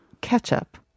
ketchup